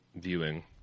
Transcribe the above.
viewing